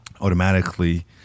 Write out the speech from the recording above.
automatically